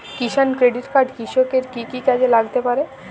কিষান credit card কৃষকের কি কি কাজে লাগতে পারে?